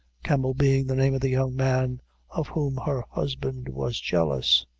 campel being the name of the young man of whom her husband was jealous.